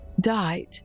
died